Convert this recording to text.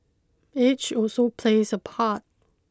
age also plays a part